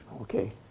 Okay